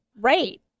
right